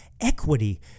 equity